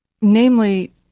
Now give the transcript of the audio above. Namely